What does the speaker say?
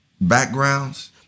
backgrounds